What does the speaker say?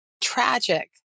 tragic